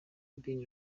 bin